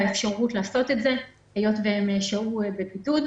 אפשרות לעשות את זה היות והם שהו בבידוד.